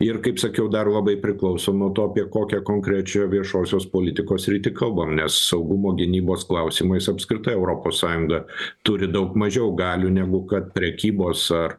ir kaip sakiau dar labai priklauso nuo to apie kokią konkrečią viešosios politikos sritį kalbam nes saugumo gynybos klausimais apskritai europos sąjunga turi daug mažiau galių negu kad prekybos ar